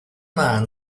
man